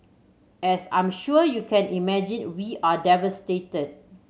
as I'm sure you can imagine we are devastated